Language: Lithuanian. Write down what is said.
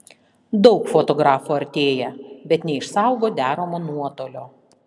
daug fotografų artėja bet neišsaugo deramo nuotolio